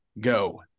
go